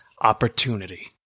opportunity